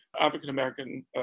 African-American